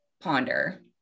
ponder